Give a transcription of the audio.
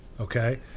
okay